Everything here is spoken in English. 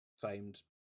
famed